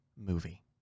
movie